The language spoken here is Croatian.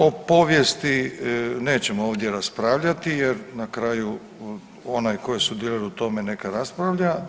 O povijesti nećemo ovdje raspravljati jer na kraju, onaj koji sudjeluje u tome, neka raspravlja.